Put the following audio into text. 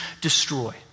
destroy